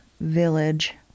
Village